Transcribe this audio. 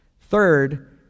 Third